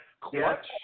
clutch